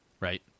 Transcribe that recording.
right